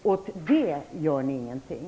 Åt det gör ni ingenting.